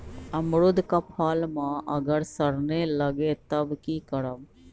अमरुद क फल म अगर सरने लगे तब की करब?